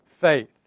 faith